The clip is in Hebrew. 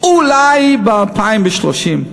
אולי ב-2030,